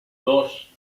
dos